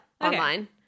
online